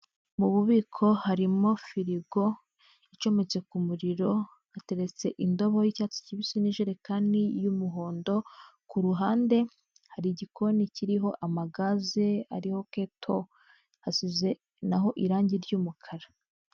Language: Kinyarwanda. Mu bubiko, harimo firigo icometse ku muriro, hateretse indobo y'icyatsi kibisi n'ijerekani y'umuhondo; ku ruhande hari igikoni kiriho amagaze ariho keto hasize naho irangi ry'umukara.